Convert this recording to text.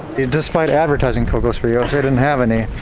despite advertising cocos frios, they didn't have any.